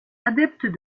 adeptes